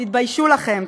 תתביישו לכם.